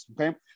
okay